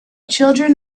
children